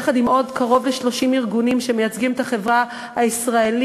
יחד עם עוד קרוב ל-30 ארגונים שמייצגים את החברה הישראלית,